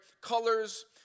colors